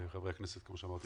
כמו שאמרתי,